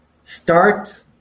start